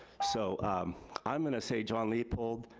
so i'm gonna say john leopold,